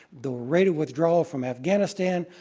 the rate of withdrawal from afghanistan,